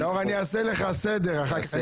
נאור, אני אעשה לך סדר אחר כך.